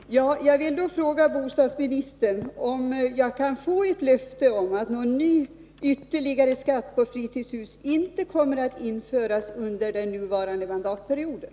Herr talman! Jag vill fråga bostadsministern om jag kan få ett löfte om att någon ny ytterligare skatt på fritidshus inte kommer att införas under den nuvarande mandatperioden.